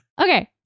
Okay